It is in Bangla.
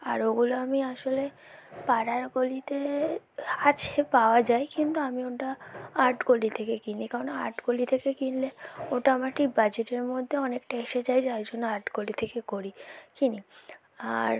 আর ওগুলো আমি আসলে পাড়ার গলিতে আছে পাওয়া যায় কিন্তু আমি ওটা আর্ট গলি থেকে কিনি কাননা আর্ট গলি থেকে কিনলে ওটা আমার ঠিক বাজেটের মধ্যে অনেকটা এসে যায় যার জন্য আর্ট গলি থেকে করি কিনি আর